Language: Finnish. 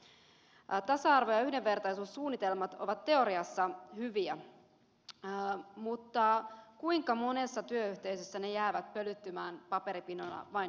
tasa arvo ja yhdenvertaisuussuunnitelmat ovat teoriassa hyviä mutta kuinka monessa työyhteisössä ne jäävät pölyttymään paperipinona vain hyllylle